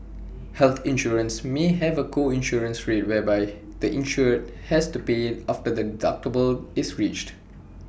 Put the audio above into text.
health insurance may have A co insurance rate whereby the insured has to pay after the deductible is reached